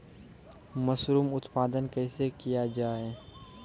Mushroom उत्पादन कैसे किया जाय?